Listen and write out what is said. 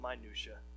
minutia